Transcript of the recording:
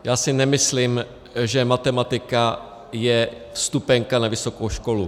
Já si nemyslím, že matematika je vstupenka na vysokou školu.